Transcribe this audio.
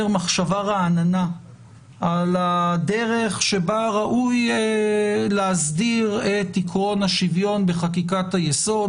מחשבה רעננה על הדרך שבה ראוי להסדיר את עיקרון השוויון בחקיקת-היסוד.